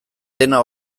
dena